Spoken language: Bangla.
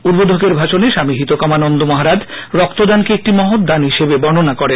উদ্বোধকের ভাষনে স্বামী হিত্কামানন্দ মহারাজ রক্তদানকে একটি মহৎ দান হিসাবে বর্ননা করেন